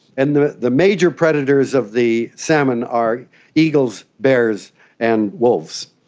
and the the major predators of the salmon are eagles, bears and wolves.